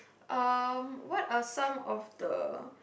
um what are some of the